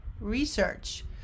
research